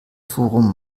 forum